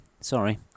Sorry